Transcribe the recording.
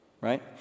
Right